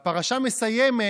הפרשה מסיימת: